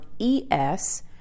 ES